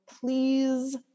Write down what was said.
please